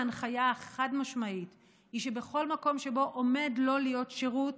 ההנחיה החד-משמעית היא שבכל מקום שבו עומד לא להיות שירות,